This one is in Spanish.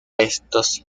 restos